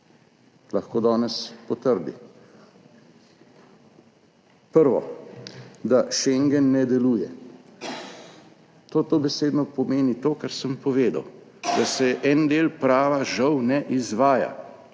lahko danes potrdi. Prvo, da Schengen ne deluje. To dobesedno pomeni to, kar sem povedal, da se en del prava žal ne izvaja,